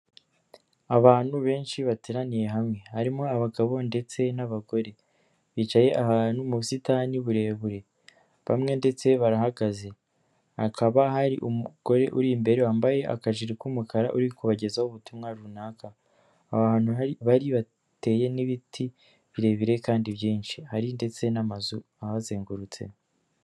Abantu benshi bateraniye hamwe, harimo abagabo ndetse n'abagore, bicaye ahantu mu busitani burebure bamwe ndetse barahagaze, hakaba hari umugore uri imbere wambaye akajire k'umukara uri kubagezaho ubutumwa runaka, ahantu bari hateye n'ibiti birebire kandi byinshi, hari ndetse n'amazu abazengurutse.